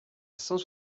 cent